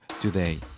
today